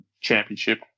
championship